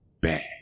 bad